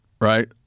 right